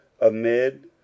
amid